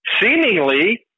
seemingly